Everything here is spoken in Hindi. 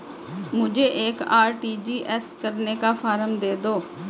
मुझे एक आर.टी.जी.एस करने का फारम दे दो?